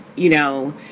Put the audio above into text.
you know,